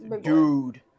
dude